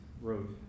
wrote